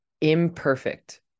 imperfect